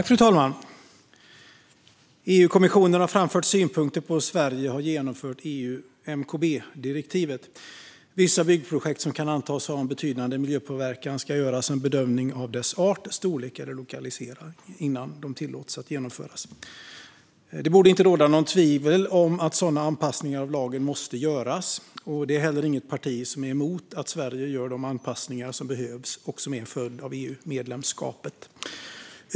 Fru talman! EU-kommissionen har framfört synpunkter på hur Sverige har genomfört MKB-direktivet. Vissa byggprojekt som kan antas ha betydande miljöpåverkan ska genomgå en bedömning av art, storlek och lokalisering innan de tillåts genomföras. Det borde inte råda något tvivel om att sådana anpassningar av lagen måste göras. Det är heller inget parti som är emot att Sverige gör de anpassningar som behövs och som är en följd av EU-medlemskapet.